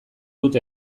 dut